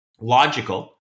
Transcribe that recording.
logical